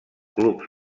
clubs